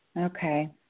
Okay